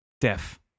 deaf